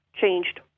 changed